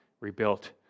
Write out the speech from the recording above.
rebuilt